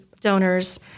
donors